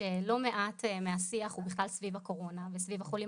שלא מעט מהשיח הוא בכלל סביב הקורונה וסביב החולים